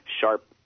sharp